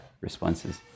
responses